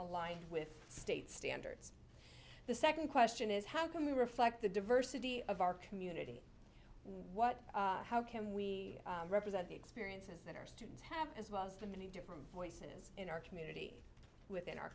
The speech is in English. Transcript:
aligned with state standards the second question is how can we reflect the diversity of our community what how can we represent the experiences that our students have as well as the many different voices in our community within our